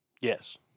Yes